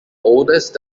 oldest